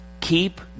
Keep